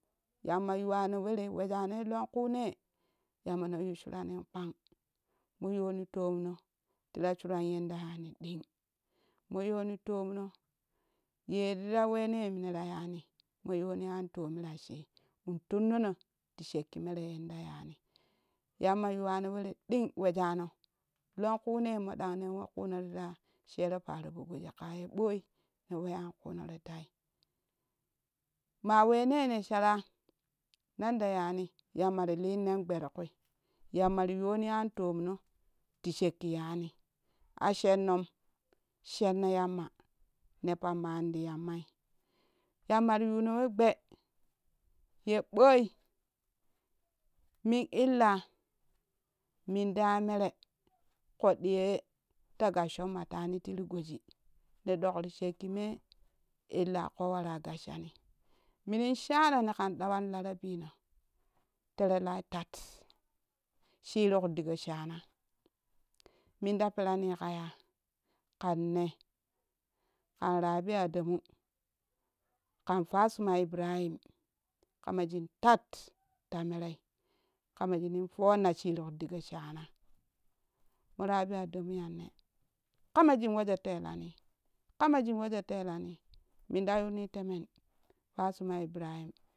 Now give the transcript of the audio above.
Yamma yuwano were wojanei lakwu nee yaone yu suranin kpan mo yoni tunno tira suran yeme da yani ɗing mo yoni tomno yerira wene nera yani mo yoni antomno tashi in tunnono ti shekki mele yene ra yani yamma yuwano were ɗing wojano lonkune moɗan nen wekuno tita sheroo paroo po goji kaye ɓoi ne weyan kuuno ri tai maa we nee ne shara nanda yani yamma ti lii nen gbee ti kuui yammati yoni antom no ti shekki yanni a shemom shenno yamma ne pamman ti yammai yama mati yumo we gbee ye ɓoimin illa minɗa ya mere ƙoɗɗi ye ta gasshon mataniti ti goji ne ɗok ti shekki me illa ƙoo wara gassani minin shana ne kan ɗawan laa ra bino teere lai taf shiruk digo shana minta perani ka yaa ƙanne kan rabi adamu ƙan fatsuma ibrahim kamajin tat ta merei kama sanin fonna shinik digan shana mo rabi adamu yane kamashin wejo tetanii kamajin wejo telani minta yuni temen fasuma ibrahim